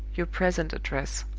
your present address.